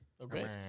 Okay